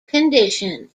condition